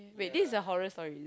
wait this is a horror story is it